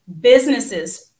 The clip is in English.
Businesses